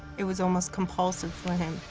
it was almost compulsive for him,